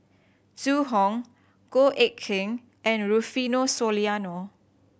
Zhu Hong Goh Eck Kheng and Rufino Soliano